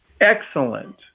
excellent